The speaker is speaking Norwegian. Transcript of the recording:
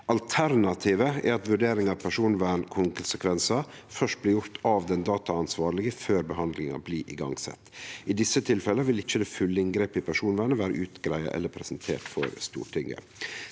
Alternativet er at vurderingen av personvernkonsekvenser først gjøres av den dataansvarlige før behandlingen igangsettes. I disse tilfellene, vil ikke det fulle inngrepet i personvernet være utredet eller presentert for Stortinget.»